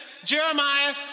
Jeremiah